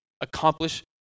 accomplish